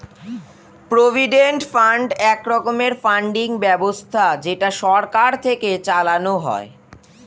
provident fund এক রকমের funding ব্যবস্থা যেটা সরকার থেকে চালানো হয়